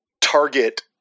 target